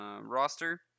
roster